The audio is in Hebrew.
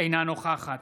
אינה נוכחת